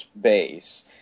base